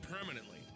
permanently